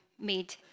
made